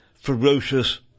ferocious